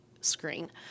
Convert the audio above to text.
screen